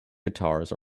guitars